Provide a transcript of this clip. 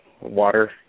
water